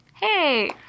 Hey